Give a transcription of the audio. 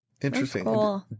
Interesting